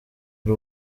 ari